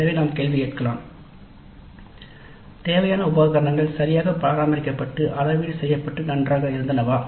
எனவே நாம் கேள்வி கேட்கலாம் "தேவையான உபகரணங்கள் சரியாக பராமரிக்கப்பட்டு அளவீடு செய்யப்பட்டு நன்றாக இருந்தனவா